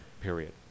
period